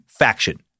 faction